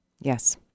Yes